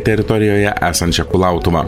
teritorijoje esančią kulautuvą